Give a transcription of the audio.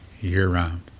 year-round